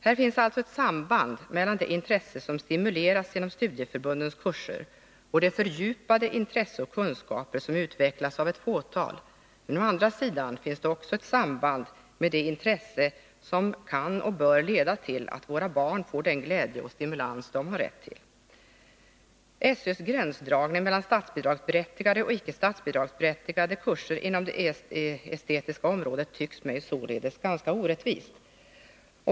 Här finns alltså ett samband mellan det intresse som stimuleras genom studieförbundens kurser och det fördjupade intresse och de kunskaper som utvecklas av ett fåtal, men å andra sidan finns det också samband med det intresse som kan och bör leda till att våra barn får den glädje och stimulans de har rätt till. SÖ:s gränsdragning mellan statsbidragsberättigade och icke statsbidragsberättigade kurser inom det estetiska området tycks mig således ganska orättvis.